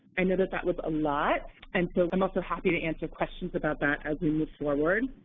i know that that was a lot, and so i'm also happy to answer questions about that as we move forward.